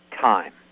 time